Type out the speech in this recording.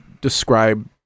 describe